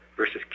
versus